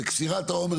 בקצירת העומר,